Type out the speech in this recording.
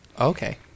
Okay